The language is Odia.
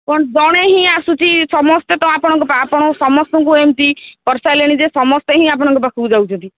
କ'ଣ ଜଣେ ହିଁ ଆସୁଛି ସମସ୍ତେ ତ ଆପଣଙ୍କ ଆପଣ ସମସ୍ତଙ୍କୁ ଏମତି କରିସାରିଲେଣି ଯେ ସମସ୍ତେ ହିଁ ଆପଣଙ୍କ ପାଖକୁ ଯାଉଛନ୍ତି